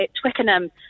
Twickenham